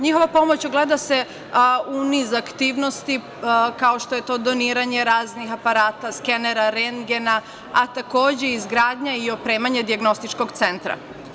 Njihova pomoć ogleda se u nizu aktivnosti, kao što je doniranje raznih aparata, skenera, rendgena, a takođe, izgradnja i opremanje dijagnostičkog centra.